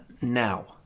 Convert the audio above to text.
now